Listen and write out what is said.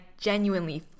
genuinely